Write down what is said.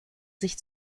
sich